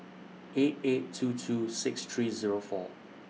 eight eight two two six three Zero four